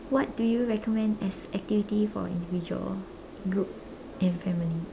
what do you recommend as activity for individual group and family